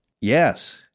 Yes